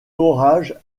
orage